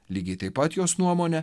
lygiai taip pat jos nuomone